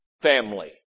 family